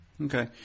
Okay